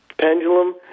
pendulum